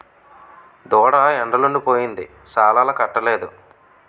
దూడ ఎండలుండి పోయింది సాలాలకట్టలేదు